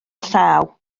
llaw